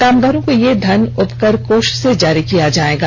कामगारों को यह धन उपकर कोष से जारी किया जायेगा